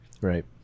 Right